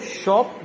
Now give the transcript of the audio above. shop